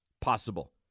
possible